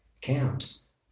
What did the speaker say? camps